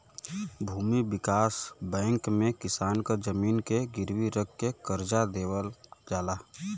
भूमि विकास बैंक में किसान क जमीन के गिरवी रख के करजा देवल जाला